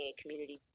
community